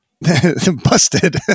busted